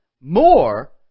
more